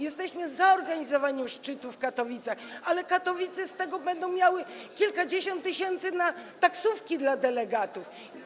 Jesteśmy za organizowaniem szczytu w Katowicach, ale Katowice z tego będą miały kilkadziesiąt tysięcy na taksówki dla delegatów.